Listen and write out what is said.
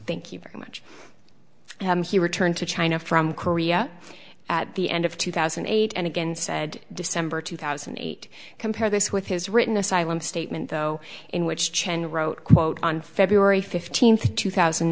thank you very much he returned to china from korea at the end of two thousand and eight and again said december two thousand and eight compare this with his written asylum statement though in which chen wrote quote on february fifteenth two thousand